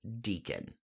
Deacon